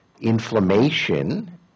Inflammation